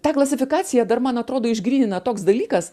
tą klasifikaciją dar man atrodo išgrynina toks dalykas